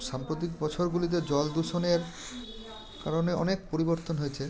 সাম্প্রতিক বছরগুলিতে জল দূষণের কারণে অনেক পরিবর্তন হয়েছে